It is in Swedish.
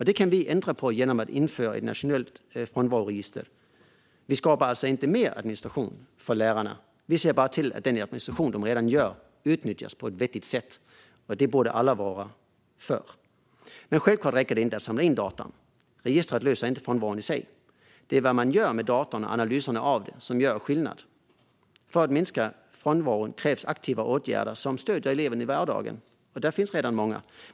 Detta kan vi ändra på genom att införa ett nationellt frånvaroregister. Vi skapar alltså inte mer administration för lärarna, men vi ser till att den administration de redan gör utnyttjas på ett vettigt sätt. Detta borde alla vara för. Givetvis räcker det inte att samla in data. Registret löser inte frånvaron i sig. Det är vad man gör med dessa data och analyserna av dem som gör skillnad. För att minska frånvaron krävs aktiva åtgärder som stöder eleverna i vardagen, och här finns redan många.